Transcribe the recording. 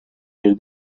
bir